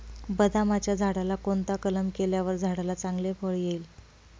बदामाच्या झाडाला कोणता कलम केल्यावर झाडाला चांगले फळ येईल?